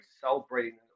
celebrating